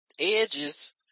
edges